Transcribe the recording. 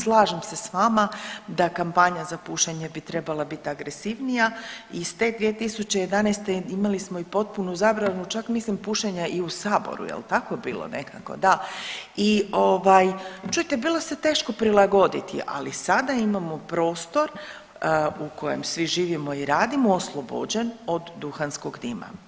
Slažem se s vama da kampanja za pušenje bi trebala biti agresivnija i iz te 2011. imali smo i potpunu zabranu čak mislim pušenja i u saboru jel tako bilo nekako, da, i ovaj čujte bilo se teško prilagoditi, ali sada imamo prostor u kojem svi živimo i radimo oslobođen od duhanskog dima.